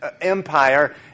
Empire